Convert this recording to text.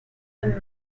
than